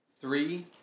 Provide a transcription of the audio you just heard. three